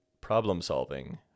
problem-solving